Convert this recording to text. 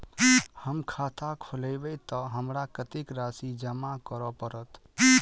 हम खाता खोलेबै तऽ हमरा कत्तेक राशि जमा करऽ पड़त?